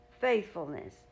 faithfulness